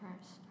first